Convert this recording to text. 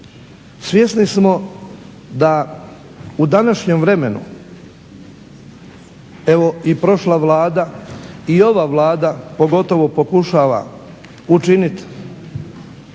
Svjesni smo da u današnjem vremenu evo i prošla Vlada i ova Vlada pogotovo pokušava učiniti